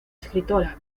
escritora